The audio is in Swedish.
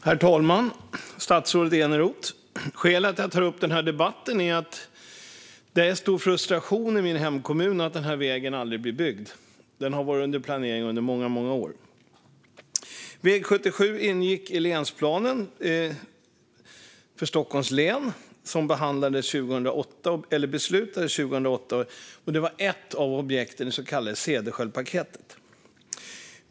Herr talman! Statsrådet Tomas Eneroth! Skälet till att jag tar upp denna debatt är att det finns en stor frustration i min hemkommun över att vägen aldrig blir byggd. Den har varit under planering i många år. Väg 77 ingick i länsplanen för Stockholms län, som beslutades 2008. Den var ett av objekten i det så kallade Cederschiöldpaketet.